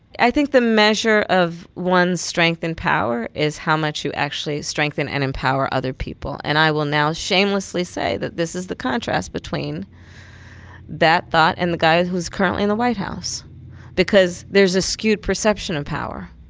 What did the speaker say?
i think the measure of one's strength and power is how much you actually strengthen and empower other people. and i will now shamelessly say that this is the contrast between that thought and the guy who's currently in the white house because there's a skewed perception of power.